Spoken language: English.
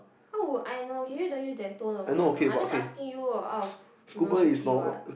how would I know can you don't use that tone on me a not I jus asking you what out of curiosity what